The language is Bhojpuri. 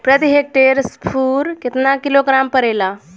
प्रति हेक्टेयर स्फूर केतना किलोग्राम परेला?